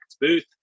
booth